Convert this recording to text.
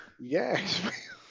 Yes